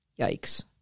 yikes